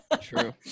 true